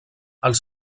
els